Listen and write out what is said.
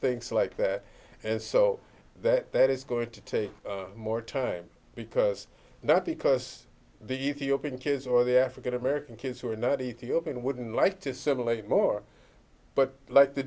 things like that and so that that is going to take more time because that because the ethiopian kids or the african american kids who are not ethiopian wouldn't like to similate more but like the